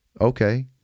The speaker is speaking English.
Okay